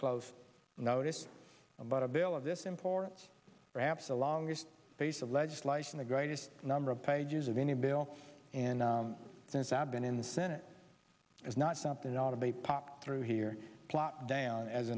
close notice about a bill of this importance perhaps the longest piece of legislation the greatest number of pages of any bill and since i've been in the senate is not something that ought to be popped through here plot down as